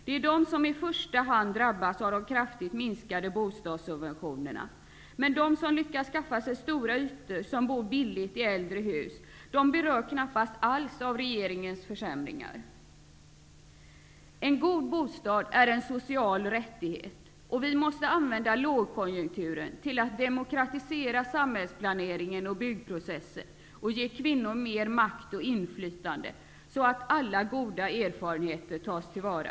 Det är de som i första hand drabbas av de kraftigt minskade bostadssubventionerna. Men de som lyckats skaffa sig stora ytor och som bor billigt i äldre hus berörs knappast alls av rege ringens försämringar. En god bostad är en social rättighet. Vi måste använda lågkonjunkturen till att demokratisera samhällsplanering och byggprocess och ge kvin norna mer makt och inflytande, så att alla goda erfarenheter tas till vara.